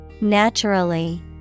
Naturally